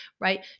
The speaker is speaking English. right